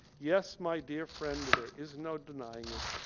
yes my dear friend there is no denying it.